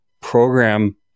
program